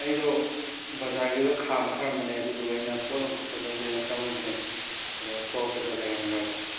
ꯑꯩꯗꯣ ꯕꯖꯥꯔꯒꯤꯗꯣ ꯈꯥꯝꯂꯒ ꯊꯝꯂꯝꯕꯅꯦ ꯑꯗꯨꯒ ꯑꯩꯅ ꯄꯣꯠ ꯑꯃꯈꯛꯇ ꯂꯧꯒꯦꯅ ꯆꯪꯂꯨꯕꯅꯦ ꯑꯗ ꯊꯣꯛꯂꯛꯄꯗ ꯂꯩꯔꯝꯗ꯭ꯔꯕ